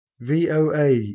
VOA